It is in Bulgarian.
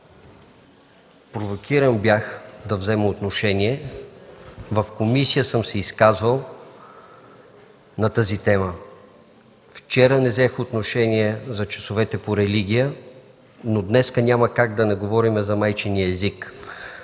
провокиран да взема отношение. В комисията се изказах на тази тема. Вчера не взех отношение за часовете по религия, но днес няма как да не говорим за майчиния език.